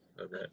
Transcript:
okay